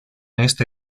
este